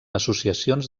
associacions